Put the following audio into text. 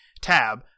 tab